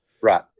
Right